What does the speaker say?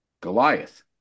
Goliath